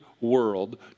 world